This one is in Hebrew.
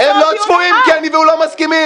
הם לא צפויים, כי אני והוא לא מסכימים.